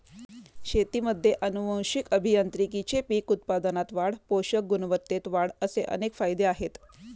शेतीमध्ये आनुवंशिक अभियांत्रिकीचे पीक उत्पादनात वाढ, पोषक गुणवत्तेत वाढ असे अनेक फायदे आहेत